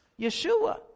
Yeshua